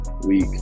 week